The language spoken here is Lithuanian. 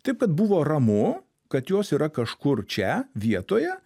taip kad buvo ramu kad jos yra kažkur čia vietoje